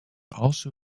also